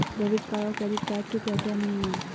Debit card और credit card के क्या क्या नियम हैं?